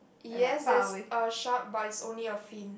yes there's a shark but it's only a fin